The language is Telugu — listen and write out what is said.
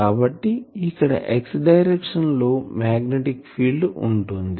కాబట్టి ఇక్కడ x డైరెక్షన్ లో మాగ్నెటిక్ ఫీల్డ్ ఉంటుంది